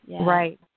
Right